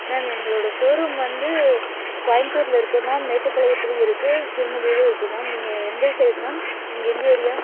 ma'am எங்களோடய showroom வந்து கோயம்புத்தூரில் இருக்குது மேம் மேட்டுப்பாளையத்துலேயும் இருக்குது சிறுமதுரைலயும் இருக்குது மேம் நீங்கள் எந்த சைட் மேம் நீங்கள் எந்த ஏரியா